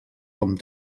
com